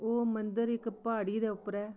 ओह् मंदर इक प्हाड़ी दे उप्पर ऐ